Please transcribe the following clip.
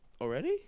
Already